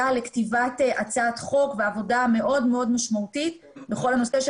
היה לכתיבת הצעת חוק ועבודה מאוד משמעותית בכול הנושא של